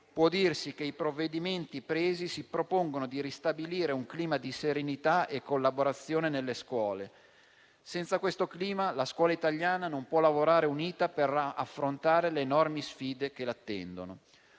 può dirsi che i provvedimenti presi si propongano di ristabilire un clima di serenità e collaborazione nelle scuole: senza questo clima, la scuola italiana non può lavorare unita per affrontare le enormi sfide che l'attendono.